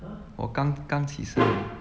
我刚刚起身